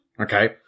Okay